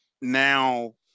now